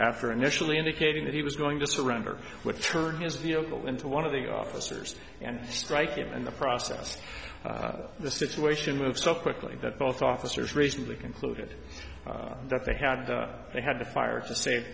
after initially indicating that he was going to surrender with turn his vehicle into one of the officers and strike him in the process the situation moves so quickly that both officers recently concluded that they had they had to fire to save